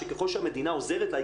שככל שהמדינה עוזרת לה,